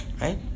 Right